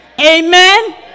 Amen